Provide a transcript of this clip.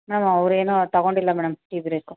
ma'am ಅವ್ರು ಏನೊ ತಗೊಂಡಿಲ್ಲ ಮೇಡಮ್ ಟೀ ಬ್ರೇಕು